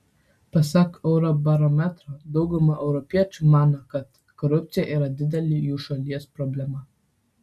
pasak eurobarometro dauguma europiečių mano kad korupcija yra didelė jų šalies problema